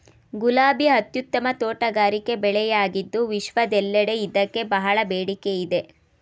ಗುಲಾಬಿ ಅತ್ಯುತ್ತಮ ತೋಟಗಾರಿಕೆ ಬೆಳೆಯಾಗಿದ್ದು ವಿಶ್ವದೆಲ್ಲೆಡೆ ಇದಕ್ಕೆ ಬಹಳ ಬೇಡಿಕೆ ಇದೆ